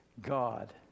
God